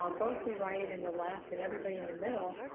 um both the right and the left and everybody in the middle,